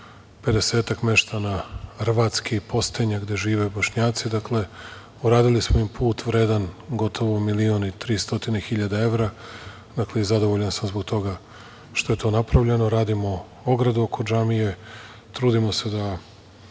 meštana Rvatske i Postenje gde žive bošnjaci, dakle, u radili smo im put vredan gotovo milion i 300 hiljade evra. Zadovoljan sam zbog toga što je to napravljeno, radimo ogradu oko džamije, trudimo se da